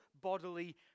bodily